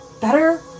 better